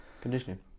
Conditioning